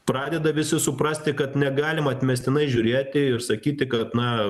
pradeda visi suprasti kad negalima atmestinai žiūrėti ir sakyti kad na